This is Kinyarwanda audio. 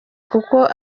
kuko